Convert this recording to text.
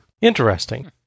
Interesting